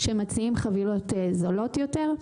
שמציעים חבילות זולות יותר.